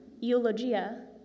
eulogia